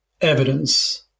evidence